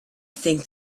think